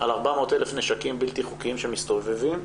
על 400,000 נשקים בלתי-חוקיים שמסתובבים,